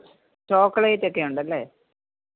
chocolate ഒക്കെ ഉണ്ടല്ലേ